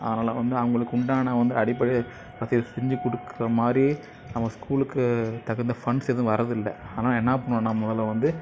அதனால் வந்து அவங்களுக்கு உண்டான வந்து அடிப்படை வசதியை செஞ்சு கொடுக்குற மாதிரி நம்ம ஸ்கூலுக்கு தகுந்த ஃபண்ட்ஸ் எதுவும் வரதில்லை ஆனால் என்ன பண்ணுவோன்னா முதல்ல வந்து